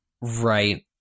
Right